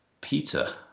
pizza